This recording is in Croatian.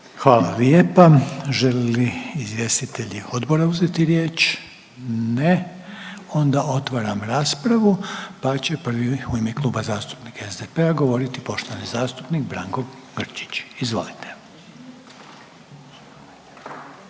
Hvala lijepa. Žele li izvjestitelji Odbora uzeti riječ. Ne. Onda otvaram raspravu. Pa će prvi u ime Kluba zastupnika SDP-a govoriti poštovani zastupnik Branko Grčić. Izvolite.